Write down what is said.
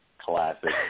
classic